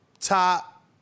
top